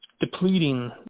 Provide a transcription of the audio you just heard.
depleting